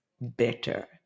better